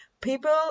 People